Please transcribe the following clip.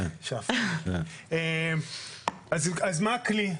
מה הכלי?